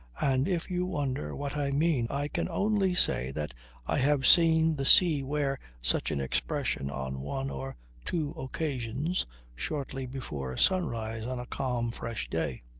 and if you wonder what i mean i can only say that i have seen the sea wear such an expression on one or two occasions shortly before sunrise on a calm, fresh day.